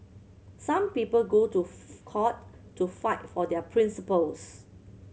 some people go to court to fight for their principles